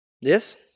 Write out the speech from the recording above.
Yes